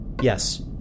Yes